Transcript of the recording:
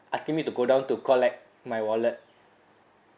asking me to go down to collect my wallet